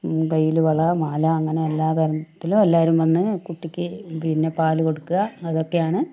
കയ്യില് വള മാല അങ്ങനെ എല്ലാ തരത്തിലും എല്ലാവരും വന്ന് കുട്ടിക്ക് പിന്നെ പാലുകൊടുക്കുക അതൊക്കെയാണ്